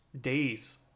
days